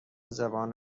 زبان